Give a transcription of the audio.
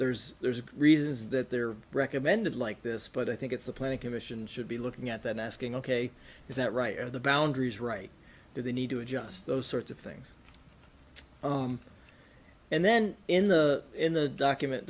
there's there's a reasons that they're recommended like this but i think it's the planning commission should be looking at that asking ok is that right at the boundaries right do they need to adjust those sorts of things and then in the in the document